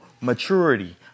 maturity